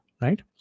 right